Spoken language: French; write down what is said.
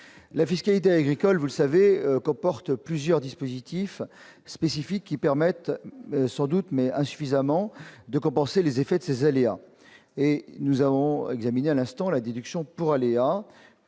la fiscalité agricole, vous le savez, comporte plusieurs dispositifs spécifiques qui permettent sans doute, mais insuffisamment de compenser les effets de ces aléas et nous avons examiné à l'instant, la déduction pour aléa